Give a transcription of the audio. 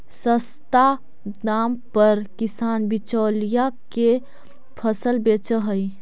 सस्ता दाम पर किसान बिचौलिया के फसल बेचऽ हइ